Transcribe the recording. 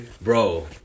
bro